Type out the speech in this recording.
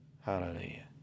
Hallelujah